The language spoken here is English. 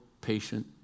patient